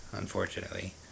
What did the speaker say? unfortunately